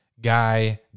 guy